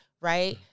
right